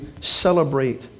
celebrate